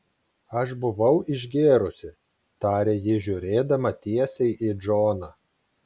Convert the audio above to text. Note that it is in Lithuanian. aš buvau išgėrusi tarė ji žiūrėdama tiesiai į džoną